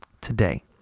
today